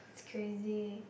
crazy